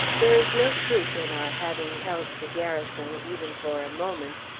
there is no truth in our having held the garrison even for a moment,